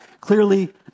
clearly